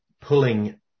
pulling